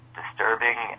disturbing